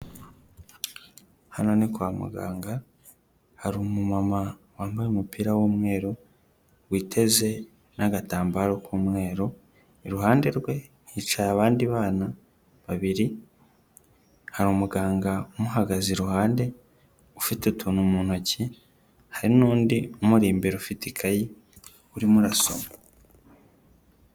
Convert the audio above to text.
Hano ni kwa muganga hari umumama wambaye umupira w'umweru witeze n'agatambaro k'umweru, iruhande rwe hicaye abandi bana babiri, hari umuganga umuhagaze iruhande ufite utuntu mu ntoki, hari n'undi umuri imbere ufite ikayi urimo urasoma.